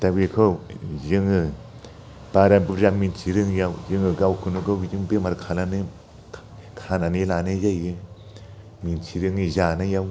दा बेखौ जोङो बारा बुरजा मिथिरोङियाव जोङो गावखौनो गाव बिदिनो बेमार खानानै खानानै लानाय जायो मोनथिरोङि जानायाव